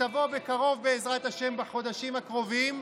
שתבוא בקרוב, בעזרת השם, בחודשים הקרובים.